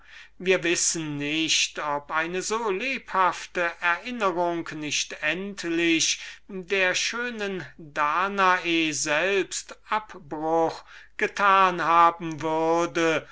wir wissen nicht ob eine so lebhafte erinnerung nicht endlich der schönen danae selbst abbruch getan hätte wenn